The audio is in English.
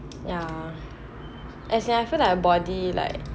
ya as in I feel like body like